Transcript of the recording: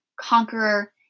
conqueror